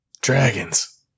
Dragons